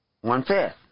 One-fifth